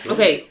Okay